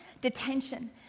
detention